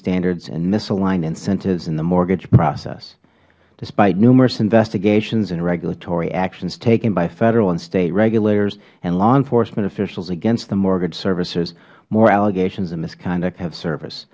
standards and misaligned incentives in the mortgage process despite numerous investigations and regulatory actions taken by federal and state regulators and law enforcement officials against the mortgage servicers more allegations of misconduct have s